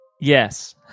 Yes